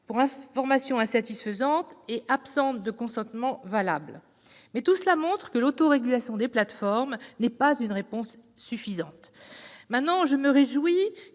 information insatisfaisante et absence de consentement valable. Mais tout cela montre que l'autorégulation des plateformes n'est pas une réponse suffisante. Aujourd'hui,